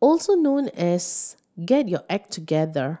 also known as get your act together